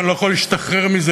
ואני לא יכול להשתחרר מזה,